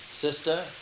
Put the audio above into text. sister